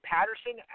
Patterson